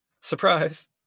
Surprise